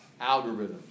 algorithms